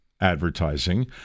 advertising